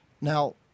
Now